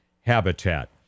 habitat